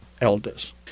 elders